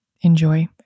Enjoy